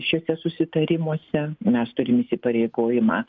šiuose susitarimuose mes turim įsipareigojimą